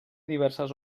diverses